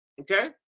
okay